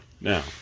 Now